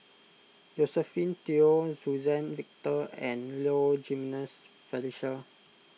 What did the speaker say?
Josephine Teo Suzann Victor and Low Jimenez Felicia